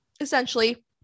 essentially